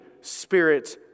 Spirit